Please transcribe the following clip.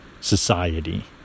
society